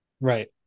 Right